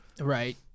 Right